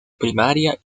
primaria